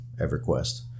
EverQuest